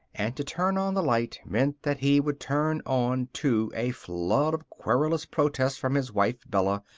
and to turn on the light meant that he would turn on, too, a flood of querulous protest from his wife, bella,